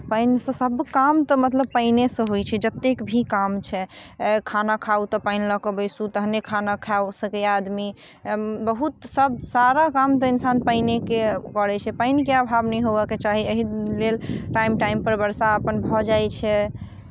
पानिसँ सभ काम तऽ मतलब पानिएसँ होइ छै जतेक भी काम छै खाना खाउ तऽ पानि लऽ कऽ बैसू तखने खाना खाओ सकैए आदमी बहुत सभ सारा काम तऽ इन्सान पानिएके करै छै पानिके अभाव नहि होवयके चाही एहिलेल टाइम टाइमपर वर्षा अपन भऽ जाइत छै